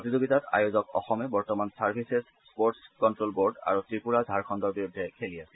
প্ৰতিযোগিতাত আয়োজক অসমে বৰ্তমান চাৰ্ভিচেজ স্পৰ্টছ কণ্ট্ৰ বৰ্ড আৰু ত্ৰিপুৰা ঝাৰখণ্ডৰ বিৰুদ্ধে খেলি আছিল